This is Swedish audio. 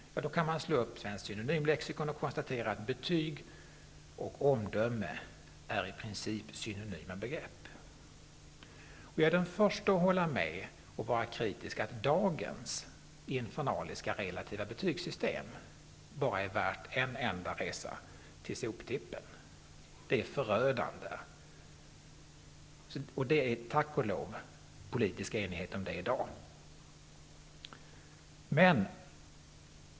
Då kan man slå upp i svenskt synonymlexikon och konstatera att betyg och omdöme i princip är synonyma begrepp. Jag är den första att hålla med om att dagens infernaliska relativa betygssystem bara är värt en enda resa till soptippen. Det är förödande. Det är tack och lov politisk enighet om det i dag.